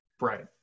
right